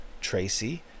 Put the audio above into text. Tracy